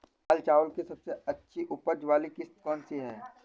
लाल चावल की सबसे अच्छी उपज वाली किश्त कौन सी है?